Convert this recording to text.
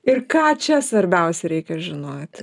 ir ką čia svarbiausia reikia žinot